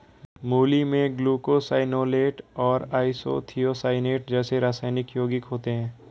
मूली में ग्लूकोसाइनोलेट और आइसोथियोसाइनेट जैसे रासायनिक यौगिक होते है